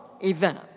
event